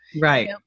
Right